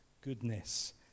goodness